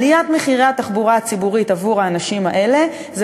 עליית מחירי התחבורה הציבורית עבור האנשים האלה זה